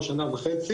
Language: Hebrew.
או שנה וחצי,